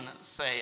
say